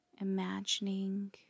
imagining